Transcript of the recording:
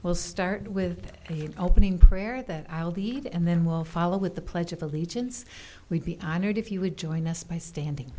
will start with the opening prayer that i will lead and then will follow with the pledge of allegiance will be honored if you would join us by standing